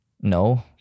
No